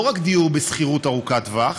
לא רק דיור בשכירות ארוכת טווח